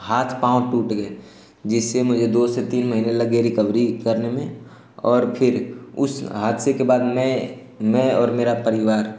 हाथ पाँव टूट गए जिससे मुझे दो से तीन महीने लगे रिकवरी करने में और फिर उस हादसे के बाद मैं मैं और मेरा परिवार